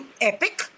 epic